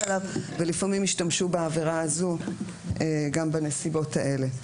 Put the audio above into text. עליו ולפעמים השתמשו בעבירה הזו גם בנסיבות האלה.